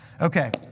Okay